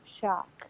shock